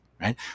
right